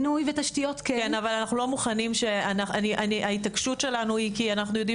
אבל אנחנו לא מוכנים ההתעקשות שלנו היא כי אנחנו יודעים